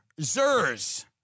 zers